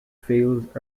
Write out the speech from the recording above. fields